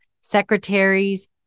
secretaries